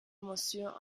monsieur